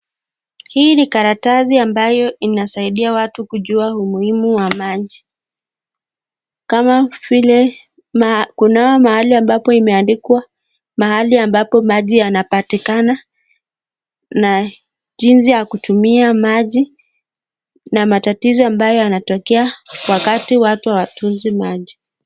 Hii ni karatasi ambayo inasaidia watu kujua umuhimu wa maji kama vile kunao mahali ambapo imeandikwa mahali ambapo maji yanapatikana na jinsi ya kutumia maji na matatizo ambayo yanatokea wakati watu hawatunzi maji.